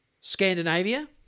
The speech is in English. Scandinavia